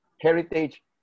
heritage